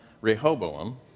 Rehoboam